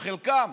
או חלקם,